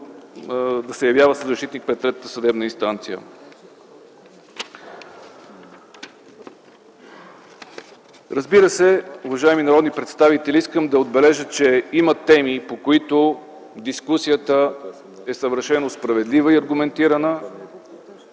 да се явява защитник на третата съдебна инстанция. Уважаеми народни представители, искам да отбележа, че има теми, по които дискусията е съвършено справедлива и аргументирана,